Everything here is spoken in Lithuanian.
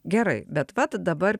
gerai bet vat dabar